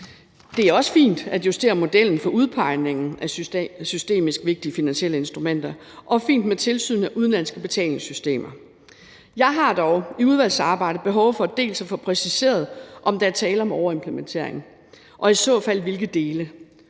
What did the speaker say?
Det er også fint at justere modellen for udpegningen af systemisk vigtige finansielle instrumenter, og det er fint med tilsynet af udenlandske betalingssystemer. Jeg har dog i udvalgsarbejdet behov for dels at få præciseret, om der er tale om overimplementering, og i så fald hvilke dele,